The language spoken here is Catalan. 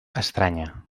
estranya